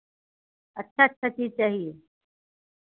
अच्छा अच्छा चीज़ चाहिए